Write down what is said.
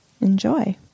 enjoy